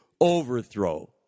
overthrow